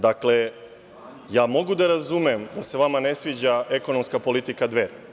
Dakle, mogu da razumem da se vama ne sviđa ekonomska politika Dveri.